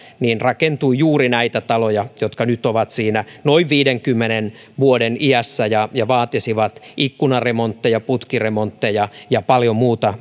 rakentui juuri näitä taloja jotka nyt ovat siinä noin viidenkymmenen vuoden iässä ja ja vaatisivat ikkunaremontteja putkiremontteja ja paljon muuta